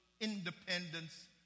independence